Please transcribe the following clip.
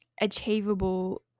achievable